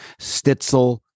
Stitzel